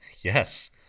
yes